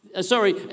sorry